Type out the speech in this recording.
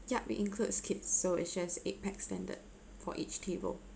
ya we includes kids so it has eight pax standard for each table